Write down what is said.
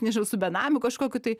nežinau su benamiu kažkokiu tai